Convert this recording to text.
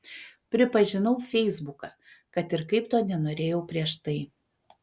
pripažinau feisbuką kad ir kaip to nenorėjau prieš tai